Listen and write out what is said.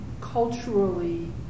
culturally